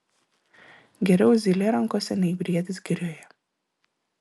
geriau zylė rankose nei briedis girioje